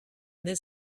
this